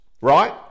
right